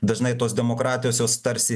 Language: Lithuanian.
dažnai tos demokratijos jos tarsi